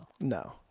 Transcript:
No